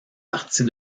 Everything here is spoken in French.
partie